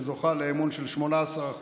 שזוכה לאמון של 18%,